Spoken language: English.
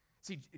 See